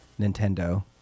Nintendo